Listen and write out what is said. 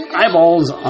eyeballs